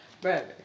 brother